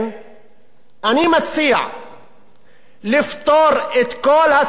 אני מציע לפטור את כל הציבור הערבי